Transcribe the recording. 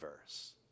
verse